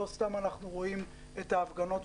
לא סתם אנחנו רואים את ההפגנות,